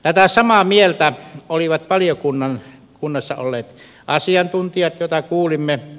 tätä samaa mieltä olivat valiokunnassa olleet asiantuntijat joita kuulimme